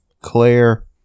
Claire